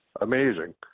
amazing